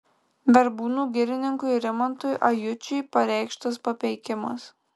verbūnų girininkui rimantui ajučiui pareikštas papeikimas